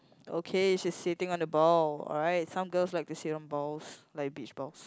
okay she's sitting on the ball alright some girls like to sit in balls like beach balls